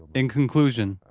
in conclusion,